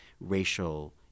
racial